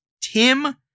Tim